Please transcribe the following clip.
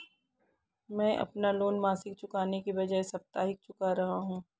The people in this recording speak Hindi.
मैं अपना लोन मासिक चुकाने के बजाए साप्ताहिक चुका रहा हूँ